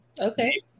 okay